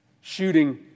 shooting